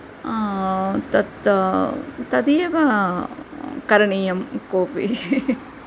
तत् तदेव करणियं कोऽपि